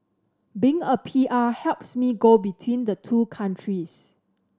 being a P R helps me go between the two countries